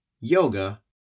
yoga